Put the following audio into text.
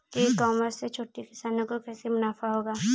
ई commerce से छोटे किसानों को कैसे मुनाफा होगा?